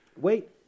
Wait